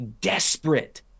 desperate